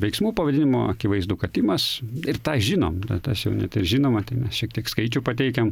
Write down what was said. veiksmų pavadinimo akivaizdu kad imas ir tą žinom na tas jau net ir žinoma tai mes šiek tiek skaičių pateikiam